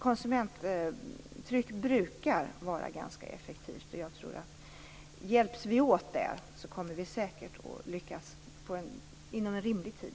Konsumenttryck brukar vara ganska effektivt, och om vi hjälps åt kommer vi säkert att lyckas inom en rimlig tid.